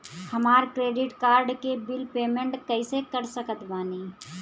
हमार credit card के bill payment कइसे कर सकत बानी?